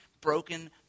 broken